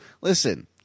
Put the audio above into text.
Listen